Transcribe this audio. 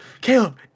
Caleb